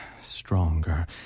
stronger